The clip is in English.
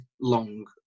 long